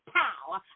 power